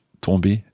tomber